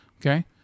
Okay